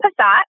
Passat